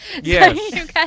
Yes